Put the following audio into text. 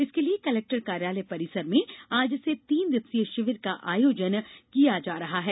इसके लिए कलेक्टर कार्यालय परिसर में आज से तीन दिवसीय शिविर का आयोजन किया जा रहा है